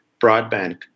broadband